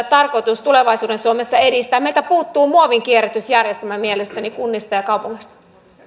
tarkoitus tulevaisuuden suomessa edistää meiltä puuttuu muovin kierrätysjärjestelmä mielestäni kunnista ja kaupungeista myönnän